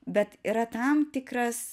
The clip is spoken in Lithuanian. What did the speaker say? bet yra tam tikras